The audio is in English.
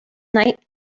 night